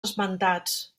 esmentats